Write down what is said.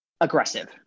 aggressive